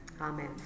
Amen